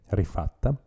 rifatta